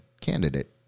candidate